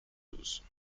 douze